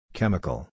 Chemical